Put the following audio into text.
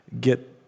get